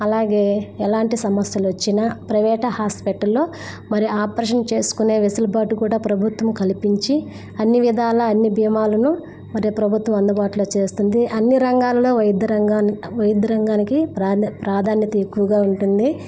అలాగే ఎలాంటి సమస్యలు వచ్చినా ప్రైవేట్ హాస్పిటల్లో మరి ఆపరేషన్ చేస్కునే వెసల్బాటు కూడా ప్రభుత్వం కలిపించి అన్నీ విధాలా అన్నీ భీమాలను మరియు ప్రభుత్వం అందుబాట్లో చేస్తుంది అన్నీ రంగాల్లో వైద్య రంగాన్ని వైద్య రంగానికి ప్రాధ ప్రాధాన్యత ఎక్కువగా ఉంటుంది